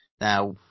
Now